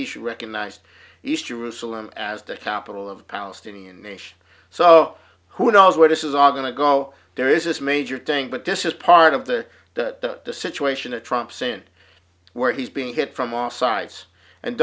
issue recognized east jerusalem as the capital of palestinian nation so who knows where this is all going to go there is this major thing but this is part of the that the situation a trump sent where he's being hit from all sides and